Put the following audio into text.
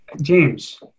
James